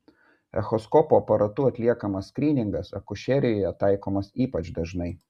echoskopo aparatu atliekamas skryningas akušerijoje taikomas ypač dažnai